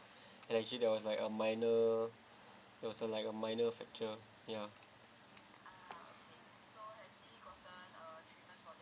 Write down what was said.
and actually there was like a minor there was uh like a minor fracture ya